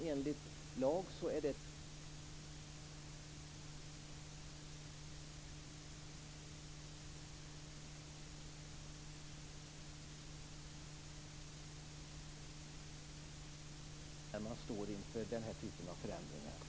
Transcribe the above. Enligt lag är det beslut som fattas av regeringen.